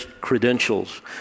credentials